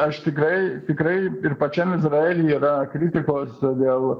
aš tikrai tikrai ir pačiam izraely yra kritikos todėl